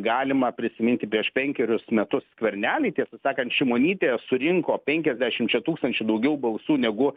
galima prisiminti prieš penkerius metus skvernelį tiesą sakant šimonytė surinko penkiasdešimčia tūkstančių daugiau balsų negu